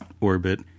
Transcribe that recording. orbit